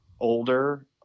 older